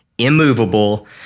immovable